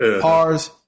pars